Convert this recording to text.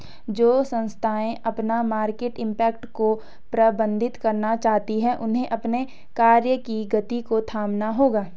जो संस्थाएं अपना मार्केट इम्पैक्ट को प्रबंधित करना चाहती हैं उन्हें अपने कार्य की गति को थामना होगा